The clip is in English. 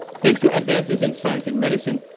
thanks to advances in science and medicine,